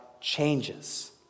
changes